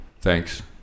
Thanks